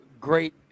great